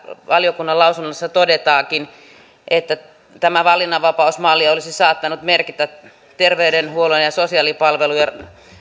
valiokunnan lausunnossa todetaankin että tämä valinnanvapausmalli olisi saattanut merkitä terveydenhuollon ja sosiaalipalvelujen